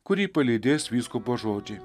kurį palydės vyskupo žodžiai